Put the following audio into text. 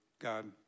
God